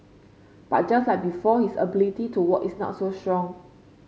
but just like before his ability to walk is not so strong